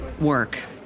work